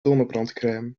zonnebrandcrème